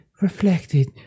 reflected